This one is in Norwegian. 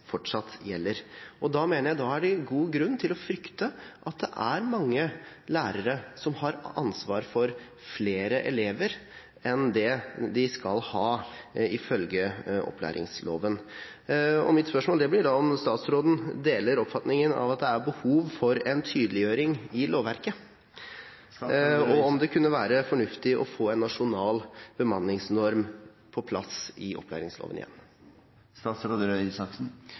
fortsatt gjelder. Da mener jeg at det er god grunn til å frykte at det er mange lærere som har ansvar for flere elever enn det de skal ha, ifølge opplæringsloven. Mitt spørsmål blir da om statsråden deler oppfatningen av at det er behov for en tydeliggjøring i lovverket, og om det kunne være fornuftig å få en nasjonal bemanningsnorm på plass i opplæringsloven igjen.